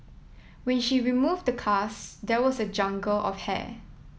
when she removed the cast there was a jungle of hair